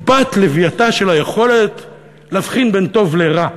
בת-לווייתה של היכולת להבחין בין טוב לרע,